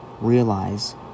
realize